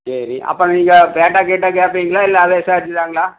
சரி அப்புறம் நீங்கள் பேட்டா கீட்டா கேட்பீங்களா இல்லை அதே சார்ஜ்தான்ங்களா